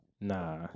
Nah